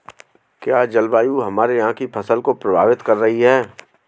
क्या जलवायु हमारे यहाँ की फसल को प्रभावित कर रही है?